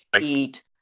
eat